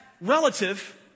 relative